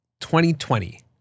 2020